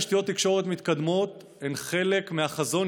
תשתיות תקשורת מתקדמות הן חלק מהחזון